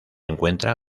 encuentra